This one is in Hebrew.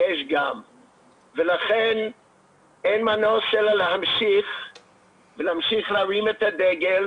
לכן אין מנוס אלא להמשיך להרים את הדגל